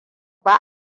ba